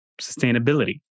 sustainability